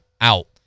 out